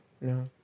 No